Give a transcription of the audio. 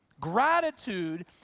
Gratitude